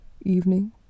evening